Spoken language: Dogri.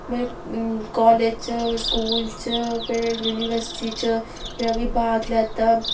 में कालज च स्कूल च फिर यूनिवर्सिटी च जेह्ड़ा बी भाग लैता